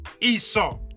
Esau